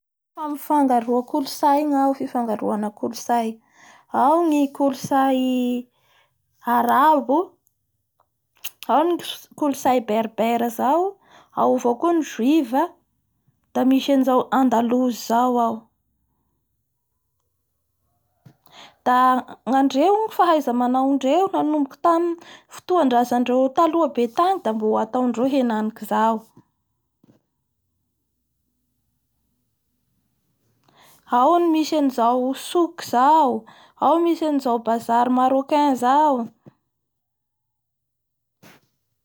Fifangaroa kolontsay ny ao, fifangaraon-kolotsay ao ny kolontsay harabo ao ny kolontsay berbere zao ao vao koa ny juive da misy anizao andalouse zao ny ao.